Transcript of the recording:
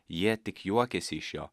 jie tik juokėsi iš jo